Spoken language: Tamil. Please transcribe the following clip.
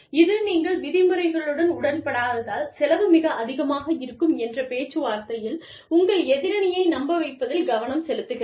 இது உங்கள் விதிமுறைகளுடன் உடன்படாததால் செலவு மிக அதிகமாக இருக்கும் என்று பேச்சுவார்த்தைகளில் உங்கள் எதிரணியை நம்ப வைப்பதில் கவனம் செலுத்துகிறது